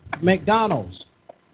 McDonald's